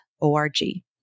O-R-G